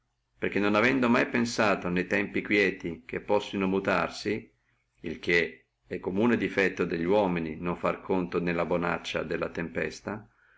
perché non avendo mai ne tempi quieti pensato che possono mutarsi il che è comune defetto delli uomini non fare conto nella bonaccia della tempesta